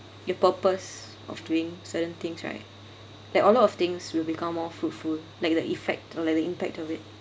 your purpose of doing certain things right that a lot of things will become more fruitful like the effect or like the impact of it